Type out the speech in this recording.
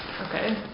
okay